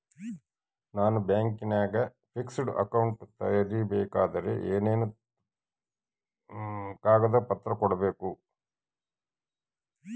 ನಾನು ಬ್ಯಾಂಕಿನಾಗ fixed account ತೆರಿಬೇಕಾದರೆ ಏನೇನು ಕಾಗದ ಪತ್ರ ಕೊಡ್ಬೇಕು?